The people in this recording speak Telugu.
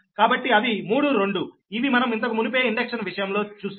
కాబట్టి అవి 3 2 ఇవి మనం ఇంతకుమునుపే ఇండక్షన్ విషయంలో చూశాం